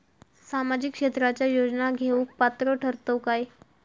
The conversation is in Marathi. सामाजिक क्षेत्राच्या योजना घेवुक पात्र ठरतव काय?